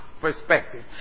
perspective